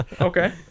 okay